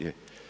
Je.